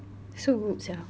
so rude sia